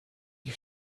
die